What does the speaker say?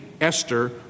Esther